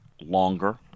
longer